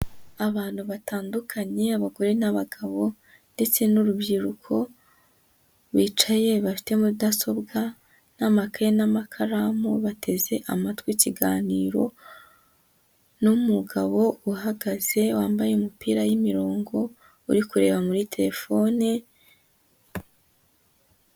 Abantu batandukanye abagore n'abagabo ndetse n'urubyiruko bicaye bafite mudasobwa n'amakaye n'amakaramu, bateze amatwi ikiganiro n'umugabo uhagaze wambaye umupira y'imirongo uri kureba muri telefone.